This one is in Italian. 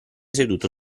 seduto